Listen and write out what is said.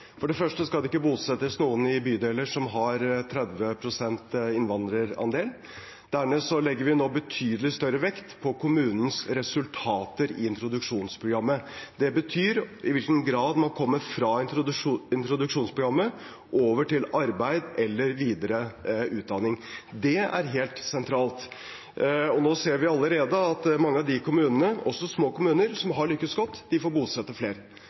For det første skal det ikke bosettes noen i bydeler som har 30 pst. innvandrerandel. Dernest legger vi nå betydelig større vekt på kommunens resultater i introduksjonsprogrammet. Det betyr i hvilken grad folk kommer fra introduksjonsprogrammet over i arbeid eller videre utdanning. Det er helt sentralt. Nå ser vi allerede at mange av de kommunene som har lyktes godt, også små kommuner, får bosette flere.